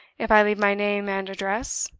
if i leave my name and address?